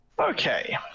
Okay